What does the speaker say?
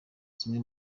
zimwe